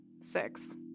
Six